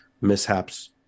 Mishaps